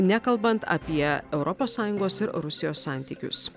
nekalbant apie europos sąjungos ir rusijos santykius